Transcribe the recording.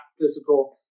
physical